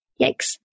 Yikes